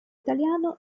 italiano